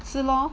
是咯